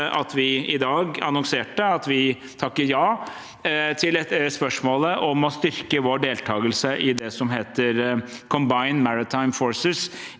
dag annonserte at vi takker ja til spørsmålet om å styrke vår deltakelse i det som heter Combined Maritime Forces